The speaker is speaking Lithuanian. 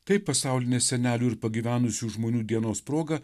taip pasaulinės senelių ir pagyvenusių žmonių dienos proga